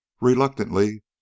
reluctantly